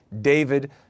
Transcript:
David